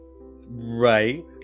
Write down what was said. Right